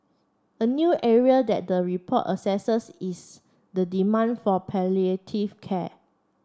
a new area that the report assesses is the demand for palliative care